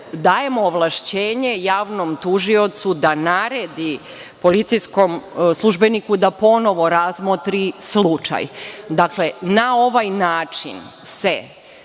dajemo ovlašćenje javnom tužiocu da naredi policijskom službeniku da ponovo razmotri slučaj. Dakle, na ovaj način se